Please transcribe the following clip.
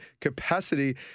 capacity